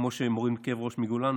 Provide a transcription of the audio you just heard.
כמו שמוריד כאב ראש מכולנו,